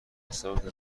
حساب